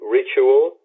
ritual